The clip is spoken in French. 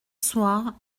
soir